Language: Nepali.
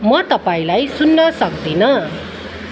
म तपाईँलाई सुन्न सक्दिनँ